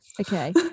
Okay